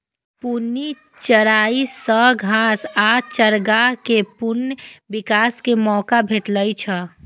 घूर्णी चराइ सं घास आ चारागाह कें पुनः विकास के मौका भेटै छै